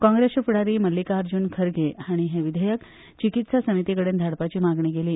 काँग्रेस फूडारी मल्लीकार्जून खरगे हांणी हे विधेयक चिकित्सा समिती कडेन धाडपाची मागणी केली